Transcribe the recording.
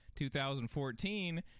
2014